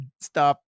stop